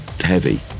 heavy